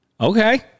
Okay